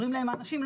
אומרים להם האנשים,